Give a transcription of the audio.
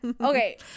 Okay